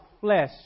flesh